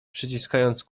przyciskając